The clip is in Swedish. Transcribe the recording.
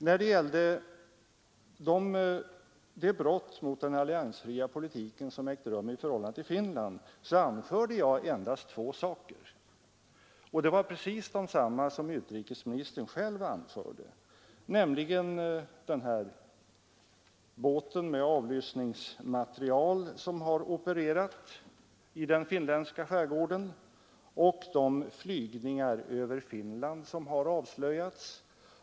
När det gällde de brott mot den alliansfria politiken som ägt rum i Finland anförde jag endast två saker. Det var precis desamma som utrikesministern själv anförde, nämligen båten med avlyssningsmateriel som har opererat i den finländska skärgården och de flygningar över Finland som har avslöjats.